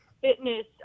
fitness